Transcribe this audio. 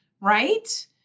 right